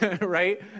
right